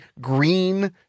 green